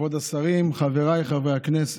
כבוד השרים, חבריי חברי הכנסת,